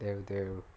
there there